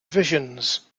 visions